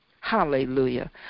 Hallelujah